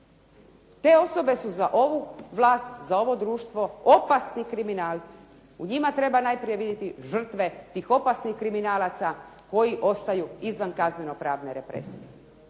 Te osobe su za ovu vlast, za ovo društvo opasni kriminalci. U njima treba najprije vidjeti žrtve tih opasnih kriminalaca koji ostaju izvan kazneno pravne represije.